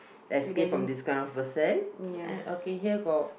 escape from this kind of person and okay here got